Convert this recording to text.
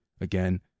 Again